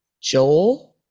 joel